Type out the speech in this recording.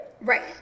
Right